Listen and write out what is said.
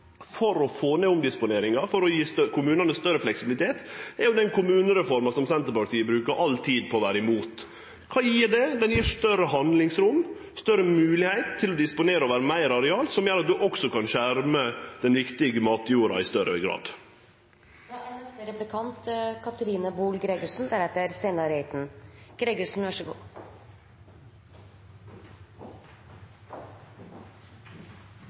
for å få ned omdisponeringa, for å gje kommunane større fleksibilitet, den kommunereforma som Senterpartiet bruker all tid på å vere imot. Kva gjev kommunereforma? Ho gjev større handlingsrom, større moglegheit til å disponere over meir areal, som gjer at ein også kan skjerme den viktige matjorda i større grad.